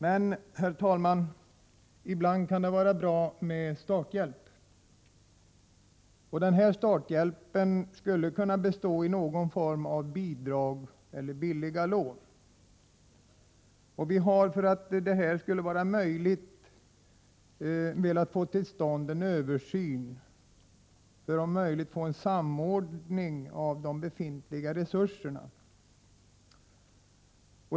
Men, herr talman, ibland kan det vara bra med starthjälp. Starthjälpen skulle kunna bestå av någon form av bidrag eller förmånliga lån. Vi har, för att möjliggöra detta, velat få till stånd en översyn för att få en samordning av de befintliga resurserna.